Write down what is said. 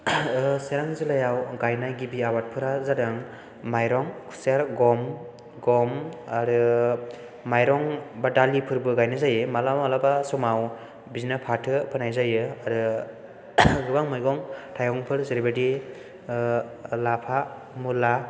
सिरां जिल्लायाव गायनाय गिबि आबादफोरा जादों माइरं खुसेर गम आरो माइरं एबा दालिफोरबो गायनाय जायो माब्लाबा माब्लाबा समाव बिदिनो फाथो फोनाय जायो आरो गोबां मैगं थायगंफोर जेरैबादि लाफा मुला